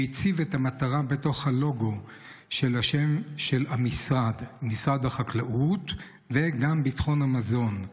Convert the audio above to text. והציב את המטרה בתוך הלוגו של שם המשרד: משרד החקלאות וגם ביטחון המזון.